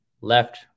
left